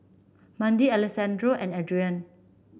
Mandi Alessandro and Adrianne